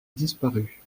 disparut